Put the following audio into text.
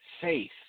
Faith